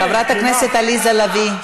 חברת הכנסת עליזה לביא.